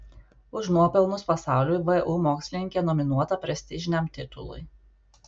už nuopelnus pasauliui vu mokslininkė nominuota prestižiniam titului